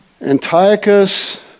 Antiochus